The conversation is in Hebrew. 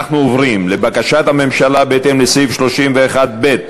אנחנו עוברים לבקשת הממשלה, בהתאם לסעיף 31(ב)